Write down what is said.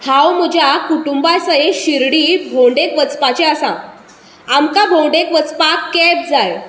हांव म्हज्या कुटूंबा सयत शिर्डी भोंवडेक वचपाचें आसा आमकां भोंवडेक वचपाक कॅब जाय